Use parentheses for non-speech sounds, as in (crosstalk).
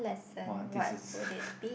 !wah! this is (laughs)